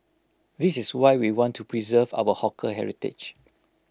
this is why we want to preserve our hawker heritage